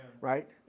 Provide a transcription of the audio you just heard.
Right